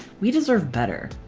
we deserve better.